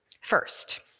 First